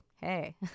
hey